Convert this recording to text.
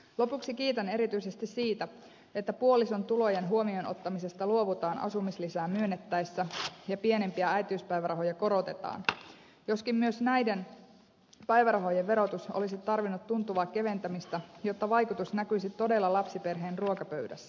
lopuksi kiitän erityisesti siitä että puolison tulojen huomioon ottamisesta luovutaan asumislisää myönnettäessä ja pienimpiä äitiyspäivärahoja korotetaan joskin myös näiden päivärahojen verotus olisi tarvinnut tuntuvaa keventämistä jotta vaikutus näkyisi todella lapsiperheen ruokapöydässä